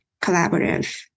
collaborative